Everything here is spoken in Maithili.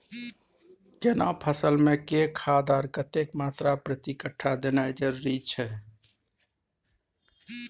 केना फसल मे के खाद आर कतेक मात्रा प्रति कट्ठा देनाय जरूरी छै?